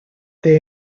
they